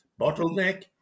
bottleneck